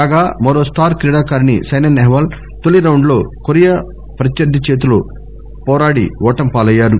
కాగా మరో స్వార్ క్రీడాకారిణి సైనా నెహ్యాల్ తొలీ రౌండ్లో కొరియా ప్రత్వర్ధి చేతిలో పోరాడి ఓటమి పాలయ్యంది